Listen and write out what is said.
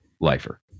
lifer